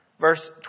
Verse